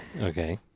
Okay